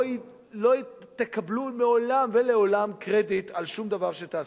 לא תקבלו מעולם ולעולם קרדיט על שום דבר שתעשו.